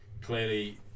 clearly